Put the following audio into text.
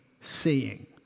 seeing